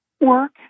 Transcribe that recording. work